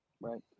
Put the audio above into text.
right